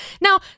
Now